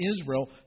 Israel